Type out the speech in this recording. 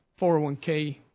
401K